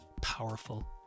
powerful